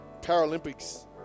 Paralympics